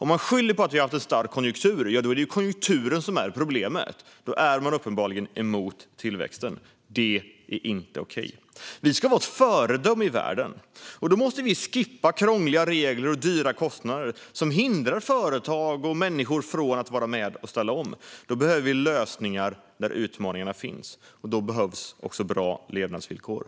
Om man skyller på att vi har haft en stark konjunktur är det ju konjunkturen som är problemet. Då är man uppenbarligen emot tillväxt. Det är inte okej. Vi ska vara ett föredöme i världen. Då måste vi skippa krångliga regler och höga kostnader som hindrar företag och människor från att vara med och ställa om. Då behöver vi lösningar där utmaningarna finns, och då behövs också bra levnadsvillkor.